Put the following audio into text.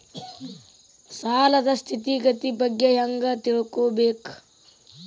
ಸಾಲದ್ ಸ್ಥಿತಿಗತಿ ಬಗ್ಗೆ ಹೆಂಗ್ ತಿಳ್ಕೊಬೇಕು?